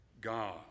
God